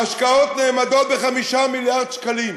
ההשקעות נאמדות ב-5 מיליארד שקלים.